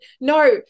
no